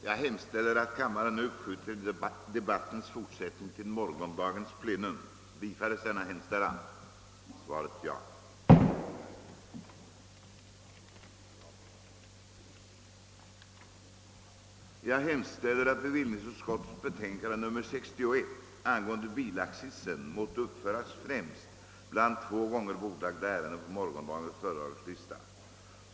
Jag hemställer, att bevillningsutskottets betänkande nr 61 angående bilaccisen måtte uppföras främst bland två gånger bordlagda ärenden på morgondagens föredragningslista.